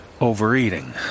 overeating